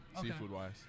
seafood-wise